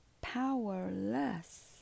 Powerless